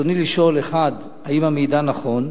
רצוני לשאול: 1. האם המידע נכון?